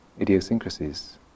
idiosyncrasies